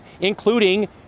including